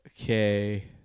Okay